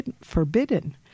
forbidden